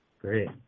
Great